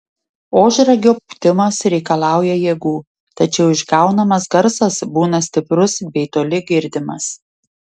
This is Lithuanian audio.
ožragio pūtimas reikalauja jėgų tačiau išgaunamas garsas būna stiprus bei toli girdimas